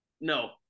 No